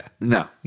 No